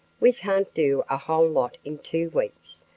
we can't do a whole lot in two weeks,